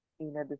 Ina